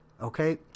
okay